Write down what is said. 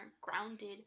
grounded